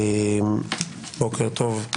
בוקר טוב,